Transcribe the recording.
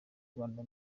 rwanda